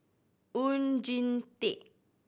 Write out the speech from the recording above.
Oon Jin Teik